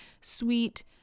sweet